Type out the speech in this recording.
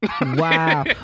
Wow